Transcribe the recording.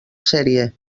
sèrie